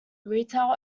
retail